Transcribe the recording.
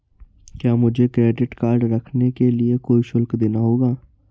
क्या मुझे credit card रखने के लिए कोई शुल्क देना होगा?